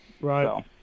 Right